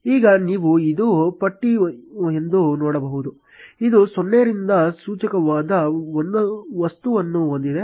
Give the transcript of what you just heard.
ಈಗ ನೀವು ಇದು ಪಟ್ಟಿ ಎಂದು ನೋಡಬಹುದು ಇದು 0 ರಿಂದ ಸೂಚ್ಯಂಕವಾದ ಒಂದು ವಸ್ತುವನ್ನು ಹೊಂದಿದೆ